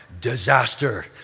disaster